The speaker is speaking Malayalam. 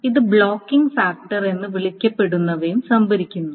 ഇത് ബ്ലോക്കിങ് ഫാക്ടർ എന്ന് വിളിക്കപ്പെടുന്നവയും സംഭരിക്കുന്നു